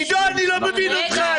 עידו, אני לא מבין אותך.